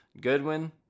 Goodwin